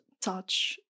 touch